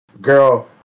girl